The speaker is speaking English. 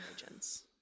agents